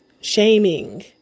shaming